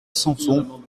samson